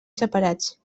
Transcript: separats